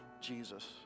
Jesus